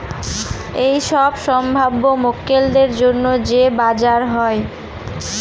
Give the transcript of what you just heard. এইসব সম্ভাব্য মক্কেলদের জন্য যে বাজার হয়